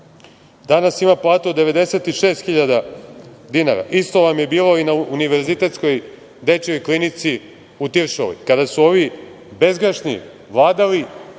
danas ima platu od 96.000 dinara. Isto vam je bilo i na Univerzitetskoj dečijoj klinici u Tiršovoj. Kada su ovi bezgrešni vladali,